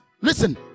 listen